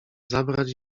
zabrać